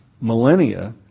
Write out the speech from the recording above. millennia